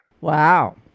Wow